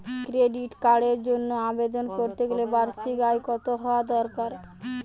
Credit কার্ডের জন্য আবেদন করতে গেলে বার্ষিক আয় কত হওয়া দরকার?